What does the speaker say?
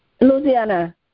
Louisiana